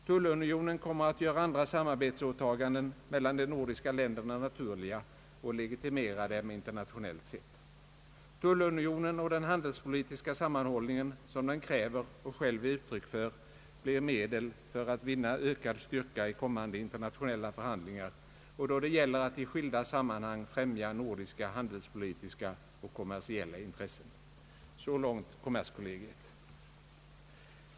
Tullunionen kommer att göra andra samarbetsåtaganden mellan de nordiska länderna naturliga och legitimera dem internationellt sett. Tullunionen och den handelspolitiska sammanhållningen, som den kräver och själv är uttryck för, blir medel för att vinna ökad styrka i kommande internationella förhandlingar och då det gäller att i skilda sammanhang främja nordiska handelspolitiska och kommersiella intressen.” Så långt kommerskollegiet.